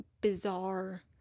bizarre